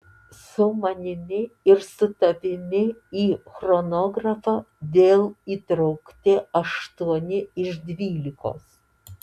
su manimi ir su tavimi į chronografą vėl įtraukti aštuoni iš dvylikos